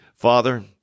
Father